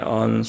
on